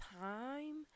time